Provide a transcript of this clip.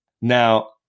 Now